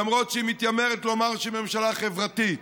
למרות שהיא מתיימרת לומר שהיא ממשלה חברתית.